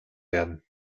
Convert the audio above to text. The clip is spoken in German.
werden